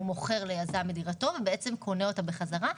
הוא מוכר ליזם את דירתו וקונה אותה בחזרה.